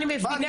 אני מבינה,